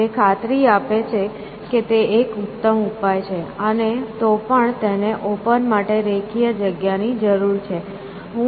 જે ખાતરી આપે છે કે તે એક ઉત્તમ ઉપાય છે અને તો પણ તેને ઓપન માટે રેખીય જગ્યાની જરૂર છે